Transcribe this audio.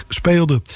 speelde